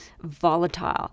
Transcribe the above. volatile